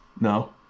No